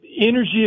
energy